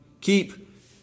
Keep